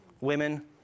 women